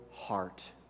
heart